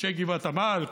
אנשי גבעת עמל,